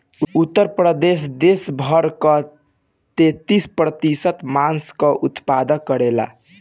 उत्तर प्रदेश देस भर कअ तेईस प्रतिशत मांस कअ उत्पादन करेला